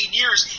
years